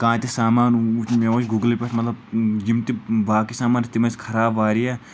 کانٛہہ تہِ سامان وُچھ مےٚ وُچھ گُگلہٕ پٮ۪ٹھ مطلب یِم تہِ باقٕے سامان تِم ٲسۍ خراب واریاہ